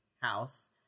house